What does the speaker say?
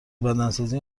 بدنسازی